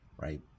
right